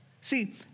See